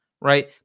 right